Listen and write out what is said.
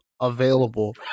available